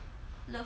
love oh ya